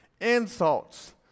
insults